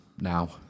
now